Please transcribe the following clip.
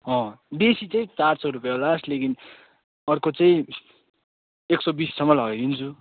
अँ देशी चाहिँ चार सय रुपियाँ हो लास्ट लेकिन अर्को चाहिँ एक सौ बिससम्म लगाइदिन्छु